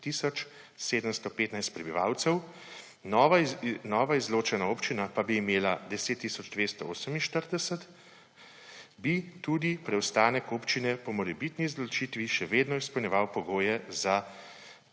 715 prebivalcev, nova izločena občina pa bi imela 10 tisoč 248, bi tudi preostanek občine po morebitni izločitvi še vedno izpolnjeval pogoje za